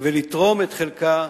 ולתרום את חלקה,